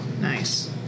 Nice